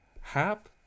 Hap